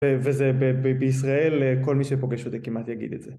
וזה בישראל כל מי שפוגש את זה כמעט יגיד את זה.